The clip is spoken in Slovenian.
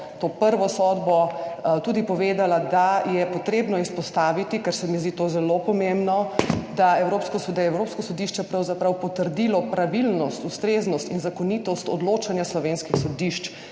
to prvo sodbo tudi povedala, da je potrebno izpostaviti, ker se mi zdi to zelo pomembno, da je Evropsko sodišče pravzaprav potrdilo pravilnost, ustreznost in zakonitost odločanja slovenskih sodišč